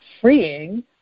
freeing